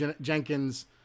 jenkins